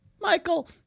Michael